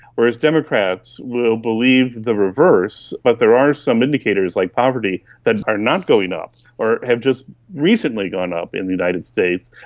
whereas democrats will believe the reverse, but there are some indicators like poverty that are not going up or have just recently gone up in the united states.